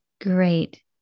Great